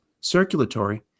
circulatory